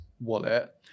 wallet